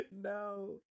No